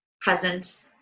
present